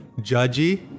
judgy